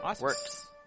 works